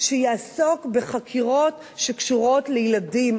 שיעסוק בחקירות שקשורות לילדים.